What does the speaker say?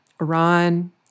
Iran